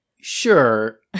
Sure